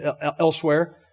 elsewhere